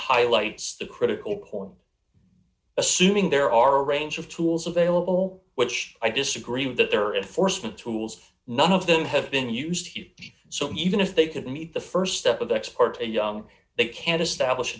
highlights the critical point assuming there are a range of tools available which i disagree with that there are enforcement tools none of them have been used here so even if they could meet the st step of ex parte young they can't establish